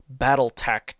Battletech